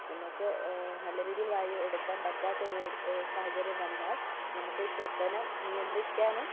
നമുക്ക് നല്ല രീതിയില് വായു എടുക്കാൻ പറ്റാത്തൊര് സാഹചര്യം വന്നാൽ നമുക്ക് ശ്വസനം നിയന്ത്രിക്കാനും